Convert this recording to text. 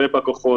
ובא כוחו,